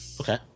Okay